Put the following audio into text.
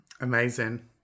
Amazing